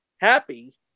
happy